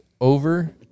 over